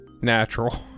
natural